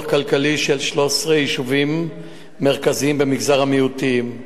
כלכלי של 13 יישובים מרכזיים במגזר המיעוטים,